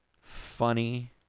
funny